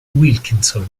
wilkinson